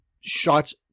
shots